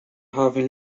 having